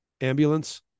ambulance